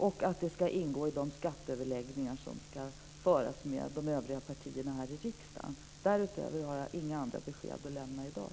Frågan ska ingå i de skatteöverläggningar som ska föras med de övriga partierna i riksdagen. Därutöver har jag inga andra besked att lämna i dag.